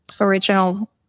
original